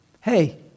hey